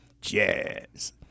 jazz